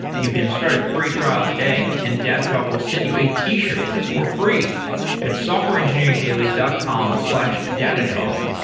you can start a free trial today and datadog will send you a t-shift for free at softwareengineeringdaily dot com slash datadog.